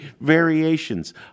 variations